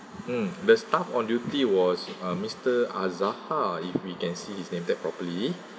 mm the staff on duty was uh mister azarhar if we can see his name tag properly